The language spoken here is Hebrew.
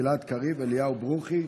גלעד קריב ואליהו ברוכי.